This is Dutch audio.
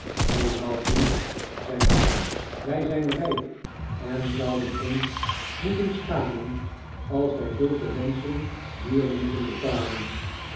heelemaal voor niets zei ned wij zijn rijk en zouden ons moeten schamen als wij zulke menschen huur lieten betalen